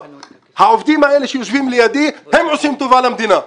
העובדים האלה שיושבים לידי, הם עושים טובה למדינה.